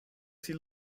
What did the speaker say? sie